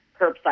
curbside